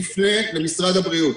תפנו למשרד הבריאות,